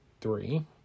Three